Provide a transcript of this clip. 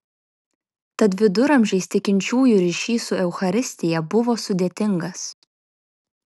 tad viduramžiais tikinčiųjų ryšys su eucharistija buvo sudėtingas